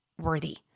worthy